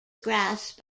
grasp